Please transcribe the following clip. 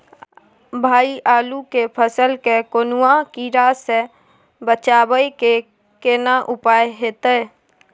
भाई आलू के फसल के कौनुआ कीरा से बचाबै के केना उपाय हैयत?